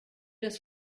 das